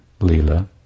Lila